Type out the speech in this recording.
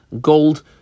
gold